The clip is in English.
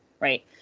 right